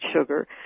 sugar